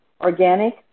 organic